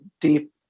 deep